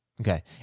Okay